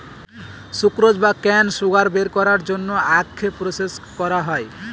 sucrose বা cane sugar বের করার জন্য আখকে প্রসেস করা হয়